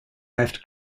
left